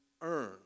earn